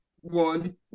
one